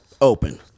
open